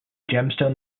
gemstone